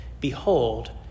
Behold